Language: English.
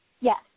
Yes